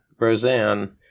Roseanne